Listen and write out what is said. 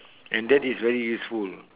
and that is very useful